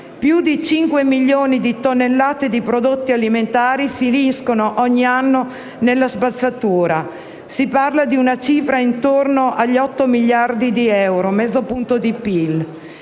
più di 5 milioni di tonnellate di prodotti alimentari finiscono, ogni anno, nella spazzatura. Si parla di una cifra intorno agli 8 miliardi di euro, mezzo punto di PIL.